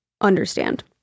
understand